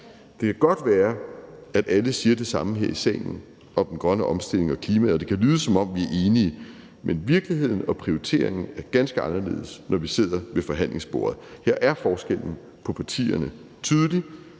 Det kan godt være, at alle siger det samme her i salen om den grønne omstilling og klimaet, og det kan lyde, som om vi er enige, men virkeligheden og prioriteringen er ganske anderledes, når vi sidder ved forhandlingsbordet. Her er forskellen på partierne tydelig: